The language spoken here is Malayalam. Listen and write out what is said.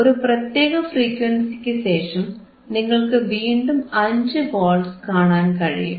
ഒരു പ്രത്യേക ഫ്രീക്വൻസിക്കു ശേഷം നിങ്ങൾക്കു വീണ്ടും 5 വോൾട്ട്സ് കാണാൻ കഴിയും